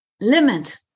limit